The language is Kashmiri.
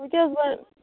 وٕ کیاہ حظ